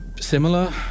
similar